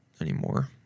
anymore